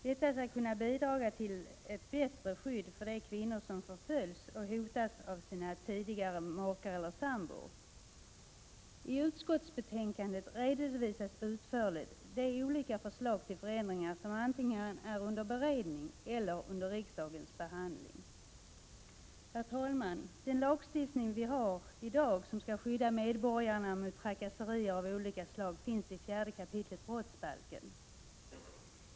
Detta skall kunna bidra till ett bättre skydd för de kvinnor som förföljs och hotas av sina tidigare makar eller sambor. I utskottsbetänkandet redovisas utförligt de olika förslag till förändringar som är antingen under beredning eller under riksdagens behandling. Herr talman! Den lagstiftning vi har i dag för att skydda medborgarna mot trakasserier av olika slag finns i 4 kap. brottsbalken.